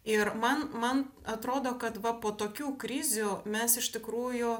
ir man man atrodo kad va po tokių krizių mes iš tikrųjų